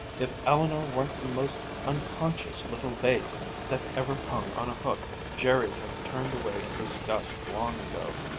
if eleanor weren't the most unconscious little bait that ever hung on a hook jerry'd have turned away in disgust long ago.